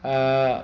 अन्